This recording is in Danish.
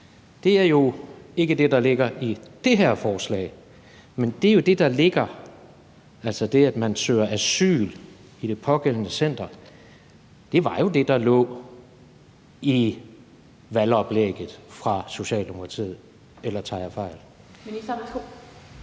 Det er jo ikke det, der ligger i det her forslag. Men det var jo det – altså det, at man søger asyl i det pågældende center – der lå i valgoplægget fra Socialdemokratiet. Eller tager jeg